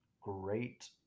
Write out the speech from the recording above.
great